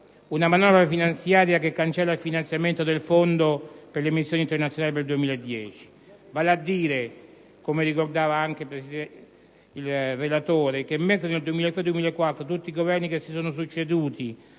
una manovra finanziaria che cancella il finanziamento del fondo per le missioni internazionali per il 2010. Vale a dire che, mentre dal 2003/2004 tutti i Governi che si sono succeduti